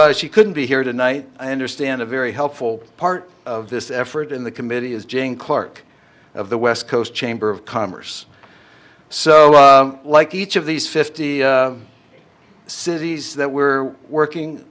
though she couldn't be here tonight i understand a very helpful part of this effort in the committee is jane clark of the west coast chamber of commerce so like each of these fifty cities that we're working